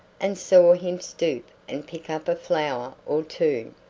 and saw him stoop and pick up a flower or two.